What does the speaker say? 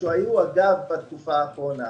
ושהיו בתקופה האחרונה,